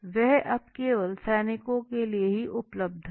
वह अब केवल सैनिकों के लिए ही उपलब्ध था